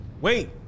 wait